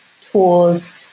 tools